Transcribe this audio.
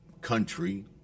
country